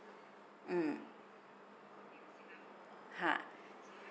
mm ha